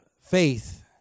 faith